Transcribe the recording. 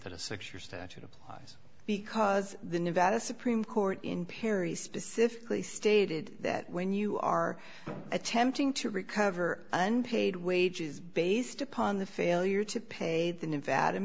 that a six year statute applies because the nevada supreme court in perry specifically stated that when you are attempting to recover unpaid wages based upon the failure to pay the nevada